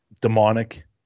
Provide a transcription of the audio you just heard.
demonic